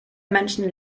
menschen